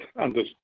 Anders